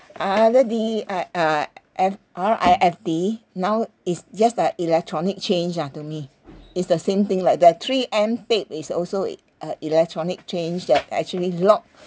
R D uh F R_I_F_D now is just like electronic chain ah to me it's the same thing like that three M tape is also is a electronic chain that actually lock